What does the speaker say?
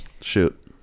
shoot